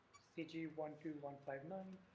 c g one two one five nine,